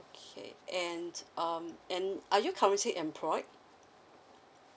okay and um and are you currently employed